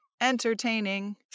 entertaining